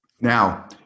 Now